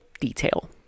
detail